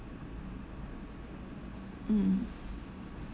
mm